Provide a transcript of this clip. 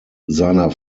seiner